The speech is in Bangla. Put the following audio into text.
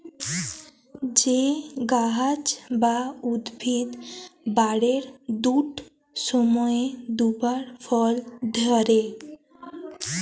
যে গাহাচ বা উদ্ভিদ বারের দুট সময়ে দুবার ফল ধ্যরে